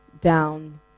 down